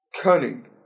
cunning